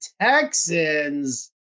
Texans